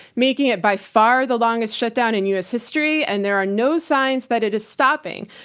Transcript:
making it by far the longest shutdown in u. s. history, and there are no signs that it is stopping.